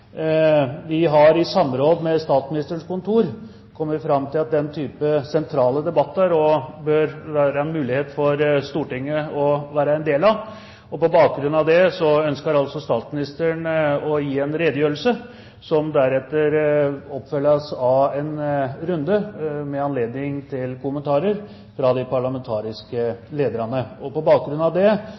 har i samråd med Statsministerens kontor kommet fram til at den type sentrale debatter bør det være mulig for Stortinget å være en del av. På bakgrunn av det ønsker statsministeren å gi en redegjørelse som følges opp av en runde med anledning til kommentarer fra de parlamentariske lederne. Det blir altså punktet på